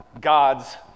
god's